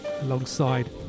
alongside